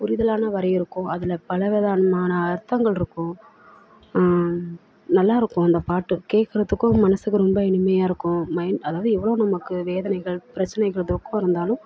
புரிதலான வரி இருக்கும் அதில் பல விதமான அர்த்தங்கள் இருக்கும் நல்லா இருக்கும் அந்த பாட்டு கேட்கறத்துக்கும் மனதுக்கு ரொம்ப இனிமையாக இருக்கும் மைண்ட் அதாவது எவ்வளோ நமக்கு வேதனைகள் பிரச்சினைகள் துக்கம் இருந்தாலும்